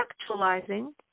actualizing